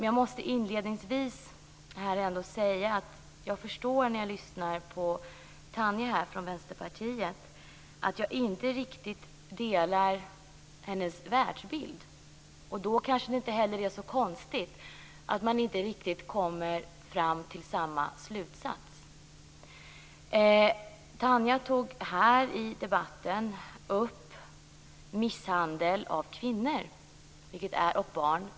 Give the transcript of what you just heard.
Jag måste inledningsvis ändå säga att jag förstår när jag lyssnar på Tanja Linderborg från Vänsterpartiet att jag inte riktigt delar hennes världsbild. Då är det kanske inte heller så konstigt att jag inte riktigt kommer fram till samma slutsats. Tanja Linderborg tog här i debatten upp misshandel av kvinnor och barn.